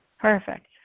Perfect